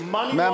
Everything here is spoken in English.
money